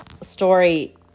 story